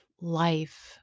life